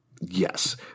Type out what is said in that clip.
Yes